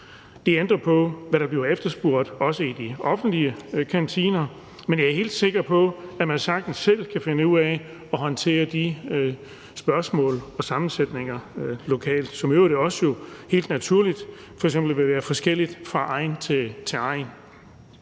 Det ændrer på, hvad der bliver efterspurgt også i de offentlige kantiner. Men jeg er helt sikker på, at man sagtens selv kan finde ud af at håndtere sammensætningen af kosten lokalt, som i øvrigt også helt naturligt vil være forskellig fra egn til egn.